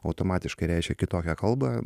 automatiškai reiškia kitokią kalbą